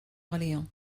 orléans